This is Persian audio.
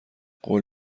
قول